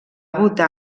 votar